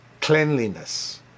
cleanliness